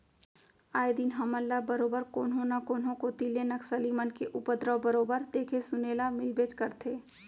आए दिन हमन ल बरोबर कोनो न कोनो कोती ले नक्सली मन के उपदरव बरोबर देखे सुने ल मिलबेच करथे